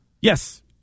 Yes